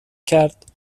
کرد